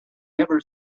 never